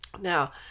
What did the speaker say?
Now